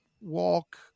Walk